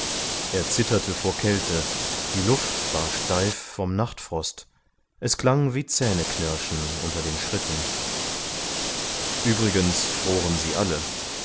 er zitterte vor kälte die luft war steif vom nachtfrost es klang wie zähneknirschen unter den schritten übrigens froren sie alle